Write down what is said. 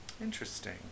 Interesting